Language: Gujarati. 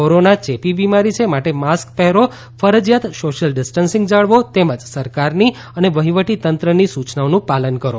કોરોના ચેપી બિમારી છે માટે માસ્ક પહેરો ફરજીયાત સોશિયલ ડિસ્ટસીંગ જાળવો તેમજ સરકારની અને વહિવટી તંત્રની સુચનાઓનું પાલન કરો